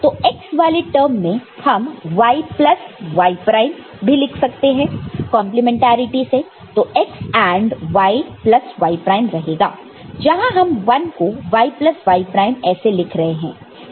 तो x वाले term में हम y प्लस y प्राइम भी लिख सकते हैं कंप्लीमेंट्रिटी से तो x AND y plus y prime रहेगा जहां हम 1 को y प्लस y प्राइम ऐसे लिख रहे हैं